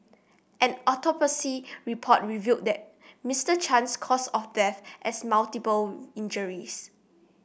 did I make her feel weird